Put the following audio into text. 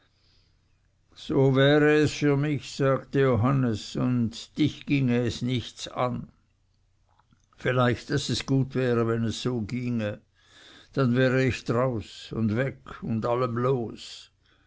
so wäre es für mich sagte johannes und dich ginge es nichts an vielleicht daß es gut wäre wenn es so ginge dann wäre ich draus und weg und allem los